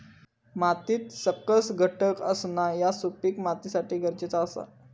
मातीत सकस घटक असणा ह्या सुपीक मातीसाठी गरजेचा आसा